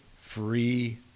Free